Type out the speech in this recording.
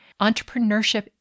Entrepreneurship